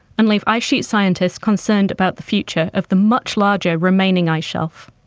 and leave ice sheet scientists concerned about the future of the much larger remaining ice shelf.